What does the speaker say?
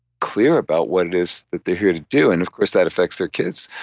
clear about what it is that they're here to do, and of course that affects their kids